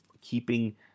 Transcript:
keeping